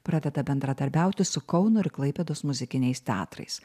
pradeda bendradarbiauti su kauno ir klaipėdos muzikiniais teatrais